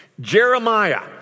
Jeremiah